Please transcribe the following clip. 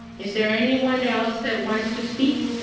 is there anyone else that wants to speak?